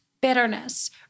bitterness